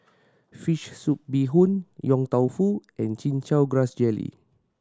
fish soup bee hoon Yong Tau Foo and Chin Chow Grass Jelly